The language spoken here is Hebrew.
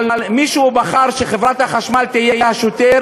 אבל מישהו בחר שחברת החשמל תהיה השוטר